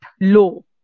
low